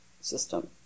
system